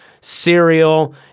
cereal